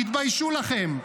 תתביישו לכם.